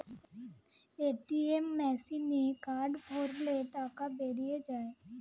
ATM মেসিনে card ভরলে টাকা বেরিয়ে যায়